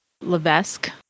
Levesque